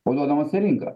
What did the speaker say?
paduodamas į rinką